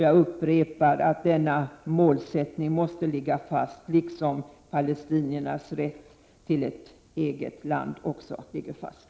Jag upprepar att denna målsättning måste ligga fast, på samma sätt som palestiniernas rätt till ett eget land ligger fast.